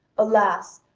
alas,